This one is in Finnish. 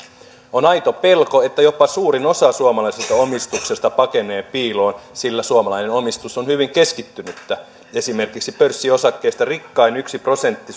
on aito pelko että jopa suurin osa suomalaisesta omistuksesta pakenee piiloon sillä suomalainen omistus on hyvin keskittynyttä esimerkiksi pörssiosakkeista rikkain yksi prosentti